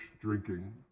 drinking